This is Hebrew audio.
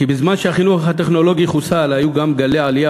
כי בזמן שהחינוך הטכנולוגי חוסל היו גלי עלייה